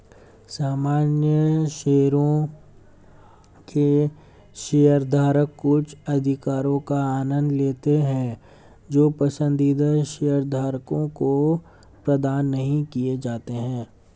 सामान्य शेयरों के शेयरधारक कुछ अधिकारों का आनंद लेते हैं जो पसंदीदा शेयरधारकों को प्रदान नहीं किए जाते हैं